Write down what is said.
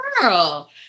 girl